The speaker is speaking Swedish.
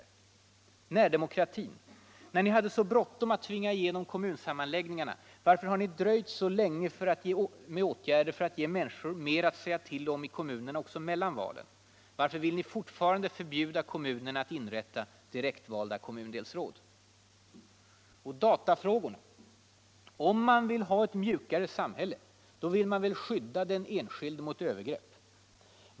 I fråga om närdemokrati: När ni hade så bråttom att tvinga igenom kommunsammanläggningar — varför har ni dröjt så länge med åtgärder för att ge människor mer att säga till om i kommunerna också mellan valen? Varför vill ni fortfarande förbjuda kommunerna att inrätta direktvalda kommundelsråd? Så har vi datafrågorna. Om man vill ha ett mjukare samhälle, så vill man väl skydda den enskilde mot övergrepp.